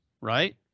Right